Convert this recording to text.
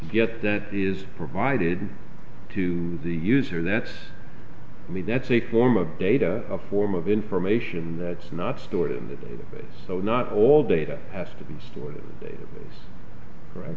yet that is provided to the user that's me that's a form of data a form of information that's not stored in the database so not all data has to be